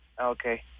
Okay